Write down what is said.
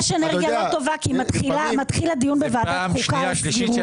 יש אנרגיה לא טובה כי מתחיל הדיון בוועדת החוקה על סבירות.